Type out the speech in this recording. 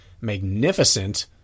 magnificent